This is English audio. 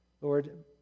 Lord